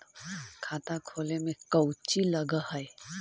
खाता खोले में कौचि लग है?